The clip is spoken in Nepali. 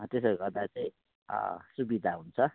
त्यसो गर्दा चाहिँ सुविधा हुन्छ